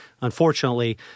Unfortunately